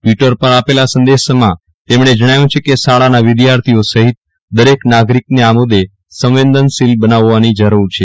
Twitter આપેલા સંદેશામાં તેમણે જણાવ્યું છે કે શાળાના વિદ્યાર્થીઓ સહિત દરેક નાગરિકને આ મુદ્દે સંવેદનશીલ બનાવવાની જરૂર છે